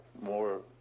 more